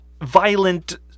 violent